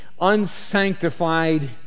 unsanctified